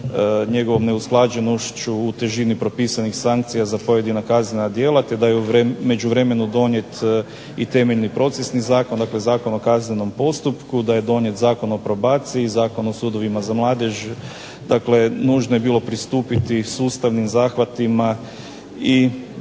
njegovom neusklađenošću u težini propisanih sankcija za pojedina kaznena djela te da je u međuvremenu donijet i temeljni procesni zakon, dakle Zakon o kaznenom postupku, da je donijet Zakon o probaciji, Zakon o sudovima za mladež, dakle nužno je bilo pristupiti sustavnim zahvatima i